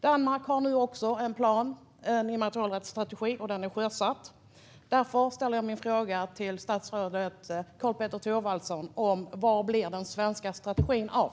Danmark har nu också en plan, en immaterialrättsstrategi, och den är sjösatt. Därför ställer jag min fråga till statsrådet Karl-Petter Thorwaldsson: När blir den svenska strategin av?